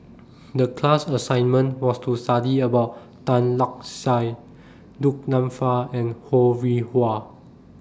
The class assignment was to study about Tan Lark Sye Du Nanfa and Ho Rih Hwa